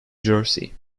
jersey